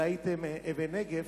אלא הייתם אבן נגף,